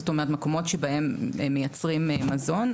זאת אומרת מקומות שבהם מייצרים מזון,